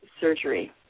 surgery